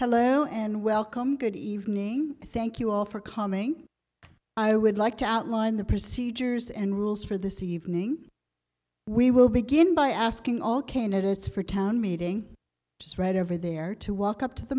hello and welcome good evening thank you all for coming i would like to outline the procedures and rules for this evening we will begin by asking all candidates for town meeting just right over there to walk up to the